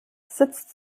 sitzt